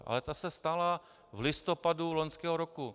Ale ta se stala v listopadu loňského roku.